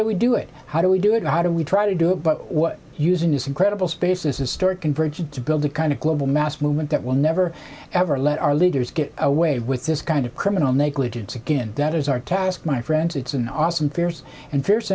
do we do it how do we do it how do we try to do it but what using this incredible space is a start converging to build a kind of global mass movement that will never ever let our leaders get away with this kind of criminal negligence again that is our task my friends it's an awesome fears and f